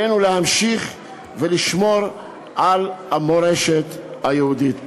עלינו להמשיך ולשמור על המורשת היהודית.